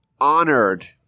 honored